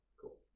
Cool